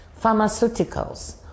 Pharmaceuticals